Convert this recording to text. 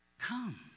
come